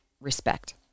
respect